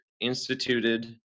instituted